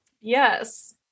Yes